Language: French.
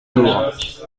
jours